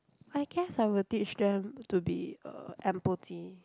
I guess I would teach them to be uh empathy